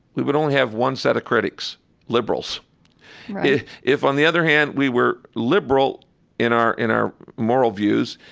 we would only have one set of critics liberals right if, on the other hand, we were liberal in our in our moral views,